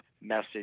message